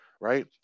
right